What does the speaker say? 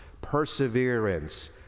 perseverance